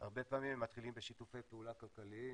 הרבה פעמים הם מתחילים בשיתופי פעולה כלכליים,